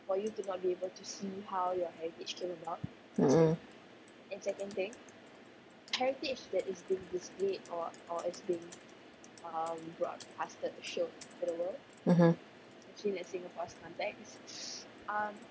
mm mm mmhmm